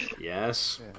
Yes